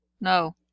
No